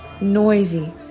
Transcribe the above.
noisy